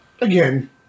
again